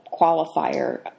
qualifier